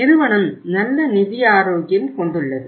நிறுவனம் நல்ல நிதி ஆரோக்கியம் கொண்டுள்ளது